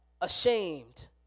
ashamed